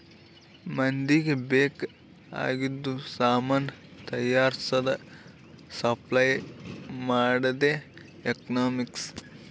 ಮಂದಿಗ್ ಬೇಕ್ ಆಗಿದು ಸಾಮಾನ್ ತೈಯಾರ್ಸದ್, ಸಪ್ಲೈ ಮಾಡದೆ ಎಕನಾಮಿಕ್ಸ್